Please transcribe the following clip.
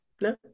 no